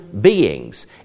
beings